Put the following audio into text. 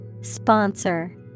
Sponsor